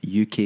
UK